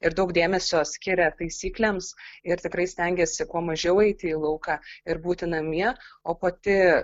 ir daug dėmesio skiria taisyklėms ir tikrai stengiasi kuo mažiau eiti į lauką ir būti namie o pati